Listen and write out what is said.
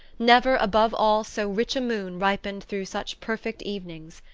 never, above all, so rich a moon ripened through such perfect evenings.